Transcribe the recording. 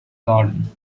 garden